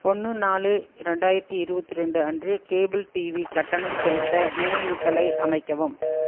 ஒன்று நாலு ரெண்டாயிரத்தி இருபத்திரெண்டு அன்று கேபிள் டிவி கட்டணம் செலுத்த நினைவூட்டலை அமைக்கவும்